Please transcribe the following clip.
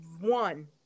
one